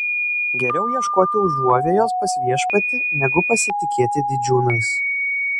geriau ieškoti užuovėjos pas viešpatį negu pasitikėti didžiūnais